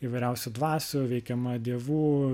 įvairiausių dvasių veikiama dievų